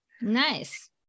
Nice